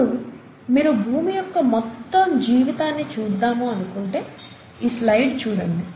ఇప్పుడు మీరు భూమి యొక్క మొత్తం జీవితాన్ని చూద్దాము అనుకుంటే ఈ స్లయిడ్ చూడండి